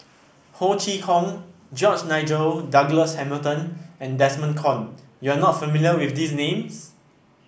Ho Chee Kong George Nigel Douglas Hamilton and Desmond Kon you are not familiar with these names